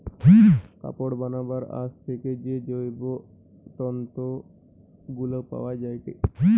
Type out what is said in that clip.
কাপড় বানাবার আঁশ থেকে যে জৈব তন্তু গুলা পায়া যায়টে